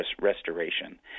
restoration